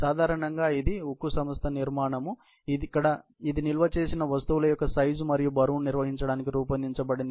సాధారణంగా ఇది ఉక్కు సంస్థ నిర్మాణం ఇది నిల్వ చేసిన వస్తువుల యొక్క సైజు మరియు బరువును నిర్వహించడానికి రూపొందించబడింది